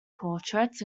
portraits